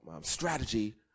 strategy